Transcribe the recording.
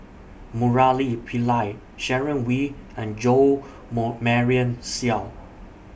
Murali Pillai Sharon Wee and Jo More Marion Seow